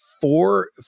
four